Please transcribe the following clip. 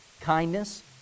kindness